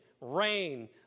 rain